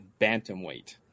bantamweight